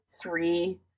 three